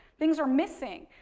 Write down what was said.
things are missing.